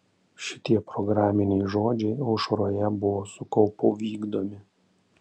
šitie programiniai žodžiai aušroje buvo su kaupu vykdomi